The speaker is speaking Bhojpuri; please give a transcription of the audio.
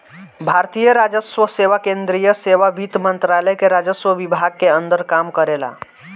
भारतीय राजस्व सेवा केंद्रीय सेवा वित्त मंत्रालय के राजस्व विभाग के अंदर काम करेला